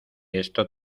esto